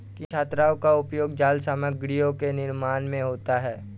किन धातुओं का उपयोग जाल सामग्रियों के निर्माण में होता है?